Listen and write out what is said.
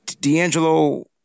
D'Angelo –